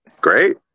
Great